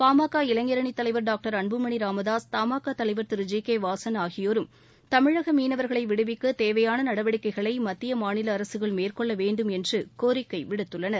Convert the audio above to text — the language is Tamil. பாமக இளைஞரணித் தலைவர் டாக்டர் அன்புமணி ராமதாஸ் தமாகா தலைவர் திரு ஜி கே வாசன் ஆகியோரும் தமிழக மீனவர்களை விடுவிக்க தேவையான நடவடிக்கைகளை மத்திய மாநில அரசுகள் மேற்கொள்ள வேண்டும் என்று கோரிக்கை விடுத்துள்ளனர்